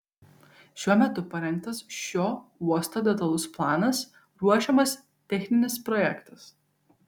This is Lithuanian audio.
šiuo metu parengtas šio uosto detalus planas ruošiamas techninis projektas